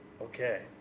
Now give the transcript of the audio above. Okay